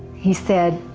he says,